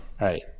right